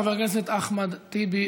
חבר הכנסת אחמד טיבי,